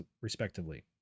respectively